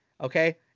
Okay